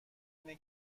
اینه